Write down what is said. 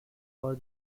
for